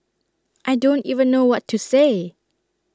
I don't even know what to say